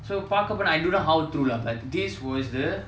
so பாக்க போனா:paaka pona I don't how true lah but this was the